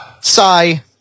Sigh